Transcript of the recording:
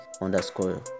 underscore